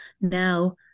Now